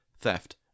theft